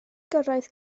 gyrraedd